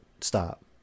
stop